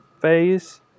phase